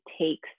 takes